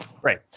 Great